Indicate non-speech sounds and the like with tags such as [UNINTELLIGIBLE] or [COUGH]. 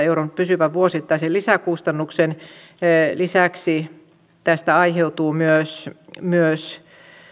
[UNINTELLIGIBLE] euron pysyvän vuosittaisen lisäkustannuksen lisäksi tästä aiheutuu myös